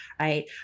Right